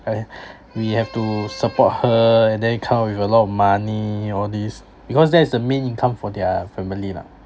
and we have to support her and then come out with a lot of money all these because that is the main income for their family lah